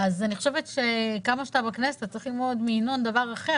אז אני חושבת שכמה שאתה בכנסת אתה צריך ללמוד מינון דבר אחר,